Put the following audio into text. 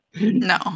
No